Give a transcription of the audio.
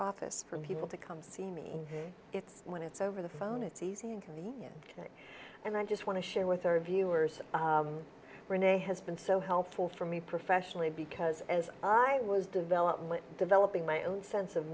office for people to come see me it's when it's over the phone it's there and i just want to share with our viewers renee has been so helpful for me professionally because as i was development developing my own sense of